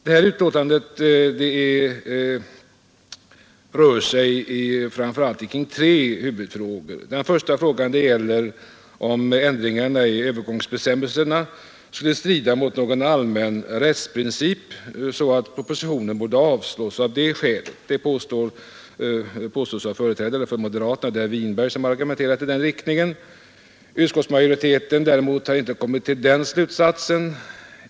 Det här betänkandet rör sig framför allt omkring tre huvudfrågor. Den första frågan gäller om ändringarna i övergångsbestämmelserna skulle strida mot någon allmän rättsprincip så att propositionen av det skälet borde avslås av riksdagen. Det påstås av företrädare för moderaterna. Det är herr Winberg som har argumenterat i den riktningen. Utskottsmajoriteten har inte kommit till den slutsatsen.